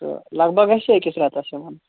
تہٕ لَگ بَگ آسہِ سُہ أکِس ریٚتَس یِمَن